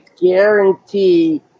guarantee